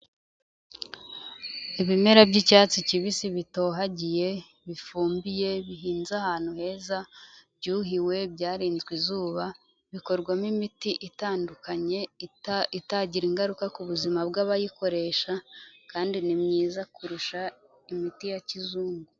Ibimera by'icyatsi kibisi bitohagiye, bifumbiye, bihinze ahantu heza, byuhiwe, byarinzwe izuba, bikorwamo imiti itandukanye itagira ingaruka ku buzima bw'abayikoresha, kandi ni myiza kurusha imiti ya kizungu.